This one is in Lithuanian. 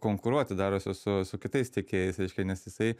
konkuruoti darosi su su kitais tiekėjais reiškia nes jisai